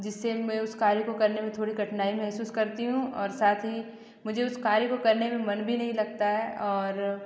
जिससे मैं उस कार्य को करने में थोड़ी कठिनाई महसूस करती हूँ और साथ ही मुझे उस कार्य को करने में मन भी नहीं लगता है और